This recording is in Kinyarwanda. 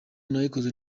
nayikoze